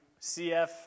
CF